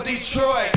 Detroit